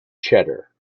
cheddar